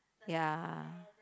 ya